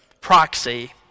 proxy